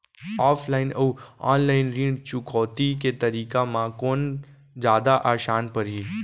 Offline अऊ online ऋण चुकौती के तरीका म कोन जादा आसान परही?